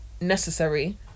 necessary